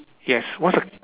yes what's the